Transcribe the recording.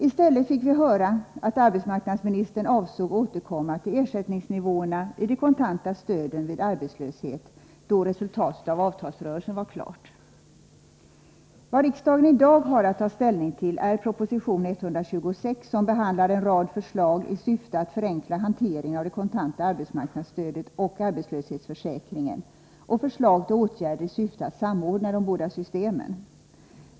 I stället fick vi höra att arbetsmarknadsministern avsåg återkomma till ersättningsnivåerna i de kontanta stöden vid arbetslöshet då resultatet av avtalsrörelsen var klart. Vad riksdagen i dag har att ta ställning till är proposition 126, som innehåller en rad förslag i syfte att förenkla hanteringen av det kontanta arbetsmarknadsstödet och arbetslöshetsförsäkringen samt förslag till åtgärder i syfte att samordna de båda systemen.